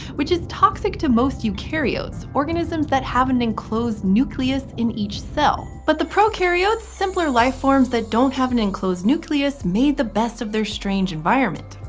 which is toxic to most eukaryotes organisms that have an enclosed nucleus in each cell. but the prokaryotes, simpler life forms that don't have an enclosed nucleus, made the best of their strange environment.